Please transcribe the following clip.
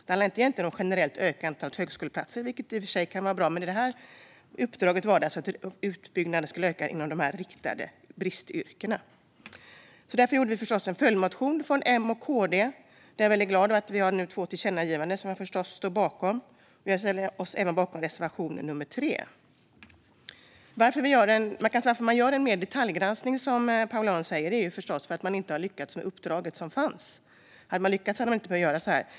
Det handlar inte om att öka antalet högskoleplatser generellt. Det kan i och för sig vara bra, men det här var ett riktat uppdrag att öka utbyggnaden inom bristyrkena. Därför skrev M och KD en följdmotion. Jag är mycket glad över att vi nu har två tillkännagivanden, som jag förstås står bakom. Jag ställer mig även bakom reservation nummer 3. Att vi vill göra en detaljgranskning, som Paula Örn kallar det, är förstås för att man inte lyckats med uppdraget. Hade man lyckats hade vi inte behövt göra så här.